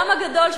בעולם הגדול,